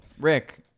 Rick